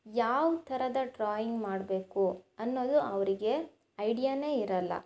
ಯಾವ ಥರದ ಡ್ರಾಯಿಂಗ್ ಮಾಡಬೇಕು ಅನ್ನೋದು ಅವರಿಗೆ ಐಡಿಯಾನೇ ಇರಲ್ಲ